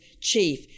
chief